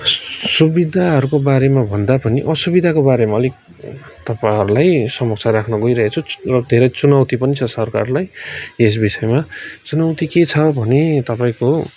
सुविधाहरूको बारेमा भन्दा पनि असुविधाकोबारेमा अलिक तपाईँहरूलाई समक्ष राख्न गइरहेको छु चु धेरै चुनौती पनि सरकारलाई यस विषयमा चुनौती के छ भने तपाईँको